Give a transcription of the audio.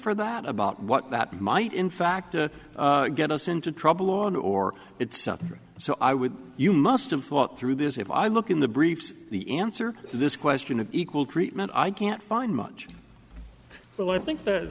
for that about what that might in fact get us into trouble on or itself so i would you must of thought through this if i look in the briefs the answer this question of equal treatment i can't find much but i think th